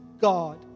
God